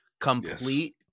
Complete